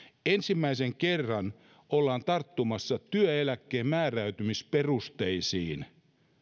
ensimmäisen kerran ollaan tarttumassa työeläkkeen määräytymisperusteisiin